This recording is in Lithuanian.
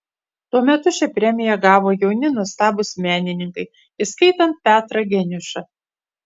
tuo metu šią premiją gavo jauni nuostabūs menininkai įskaitant petrą geniušą